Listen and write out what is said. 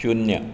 शुन्य